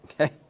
Okay